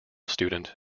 student